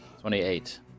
Twenty-eight